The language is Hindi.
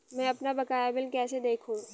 मैं अपना बकाया बिल कैसे देखूं?